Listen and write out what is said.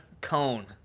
Cone